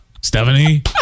Stephanie